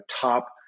top